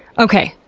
okay,